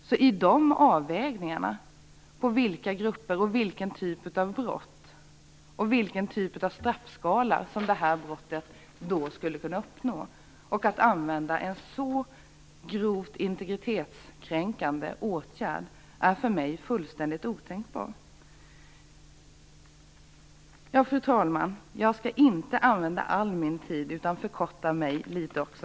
I den avvägningen, mellan olika grupper, typer av brott och typer av straff som brottet skulle kunna motsvara, är användningen av en så grovt integritetskränkande åtgärd fullständigt otänkbar för mig. Fru talman! Jag skall inte använda all min tid, utan också förkorta mitt anförande litet.